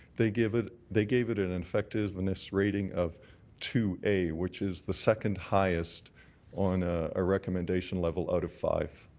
they give it they gave it an and effective and rating of two a. which is the second highest on a recommendation level out of five.